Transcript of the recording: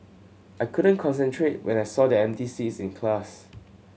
I couldn't concentrate when I saw their empty seats in class